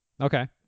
Okay